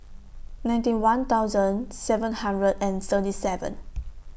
ninety one thousand seven hundred and thirty seven